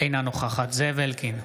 אינה נוכחת זאב אלקין,